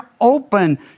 open